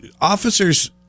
officers